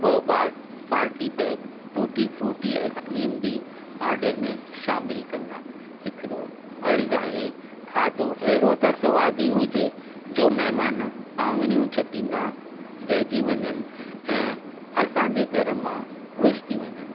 ॿ बार party pack tutti frutti ice cream बि ऑडर में शामिल कंदा हिकिड़ो अर्ज़ु आहे खाधो अहिड़ो त सवादी हुजे जो महिमान आङिड़ियूं चटींदा रहिजी वञनि ऐं असांजे घर मां ख़ुशि थी वञनि